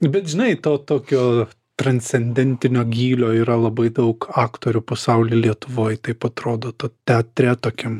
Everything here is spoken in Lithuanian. nu bet žinai to tokio transcendentinio gylio yra labai daug aktorių pasauly lietuvoj taip atrodo tu teatre tokiam